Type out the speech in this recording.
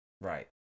Right